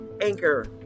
anchor